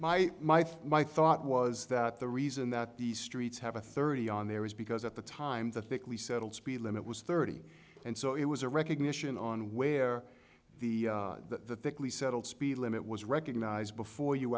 for my thought was that the reason that these streets have a thirty on there is because at the time the thickly settled speed limit was thirty and so it was a recognition on where the that the thickly settled speed limit was recognized before you